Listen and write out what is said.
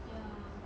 ya